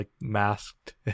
masked